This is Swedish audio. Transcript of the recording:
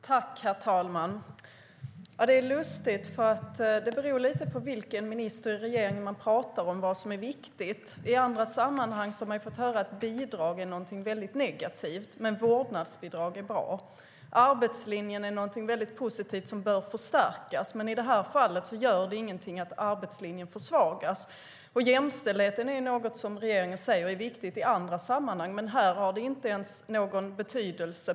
Herr talman! Det är lustigt, för vad som är viktigt beror lite på vilken minister i regeringen man pratar med. I andra sammanhang har man fått höra att bidrag är någonting väldigt negativt, men vårdnadsbidrag är bra. Arbetslinjen är någonting väldigt positivt som bör förstärkas, men i detta fall gör det ingenting att arbetslinjen försvagas. Jämställdheten är något som regeringen i andra sammanhang säger är viktigt, men här har den inte någon betydelse.